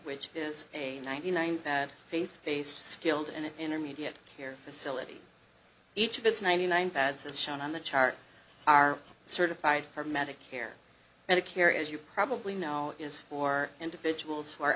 which is a ninety nine bad faith based skilled and intermediate care facility each of its ninety nine pads as shown on the chart are certified for medicare medicare as you probably know is for individuals who are